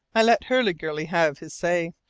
i let hurliguerly have his say,